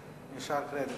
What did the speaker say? נשאר קרדיט.